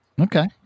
Okay